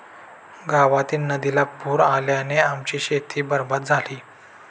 गावातील नदीला पूर आल्याने आमची शेती बरबाद झाली